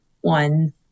one